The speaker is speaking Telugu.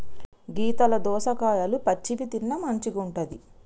గీతల దోసకాయలు పచ్చివి తిన్న మంచిగుంటది